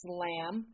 Slam